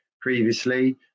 previously